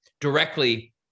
directly